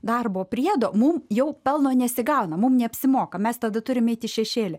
darbo priedo mums jau pelno nesigauna mums neapsimoka mes tada turime eiti šešėlį